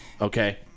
okay